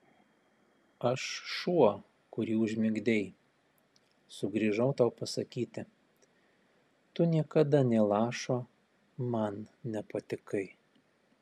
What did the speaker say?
aš šuo kurį užmigdei sugrįžau tau pasakyti tu niekada nė lašo man nepatikai